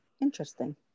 Interesting